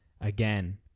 Again